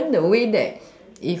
even the way that